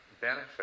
benefit